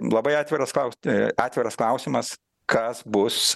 labai atviras klausi atviras klausimas kas bus